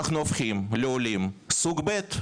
אנו הופכים לעולים סוג ב'.